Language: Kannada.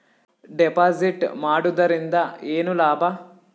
ಡೆಪಾಜಿಟ್ ಮಾಡುದರಿಂದ ಏನು ಲಾಭ?